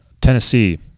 Tennessee